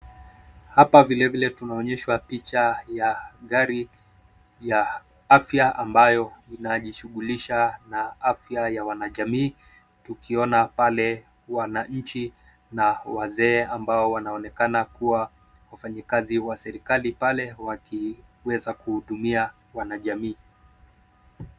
Hapa vilevile tunaonyeshwa picha ya gari ya afya ambayo inajishugulisha na afya ya wanajamii tukiona pale wananchi na wazee ambao wanaaonekana kuwa wafanyikazi wa serikali pale wakiweza kuhudumia wanajamii.